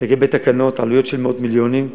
לגבי התקנות, עלויות של מאות מיליונים.